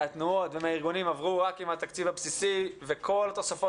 מהתנועות והארגונים עברו רק עם התקציב הבסיסי וכל התוספות